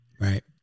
right